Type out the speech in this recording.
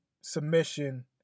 submission